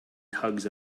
tugs